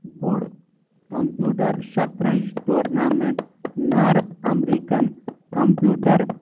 بوٚڑ کمپیٛوٗٹر شترنٛج tournament north American computer